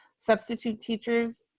substitute teachers,